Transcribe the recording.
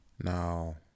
Now